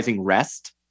rest